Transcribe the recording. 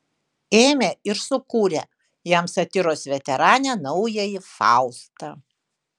ėmė ir sukūrė jam satyros veteranė naująjį faustą